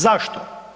Zašto?